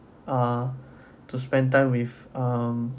ah to spend time with um